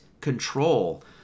control